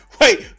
wait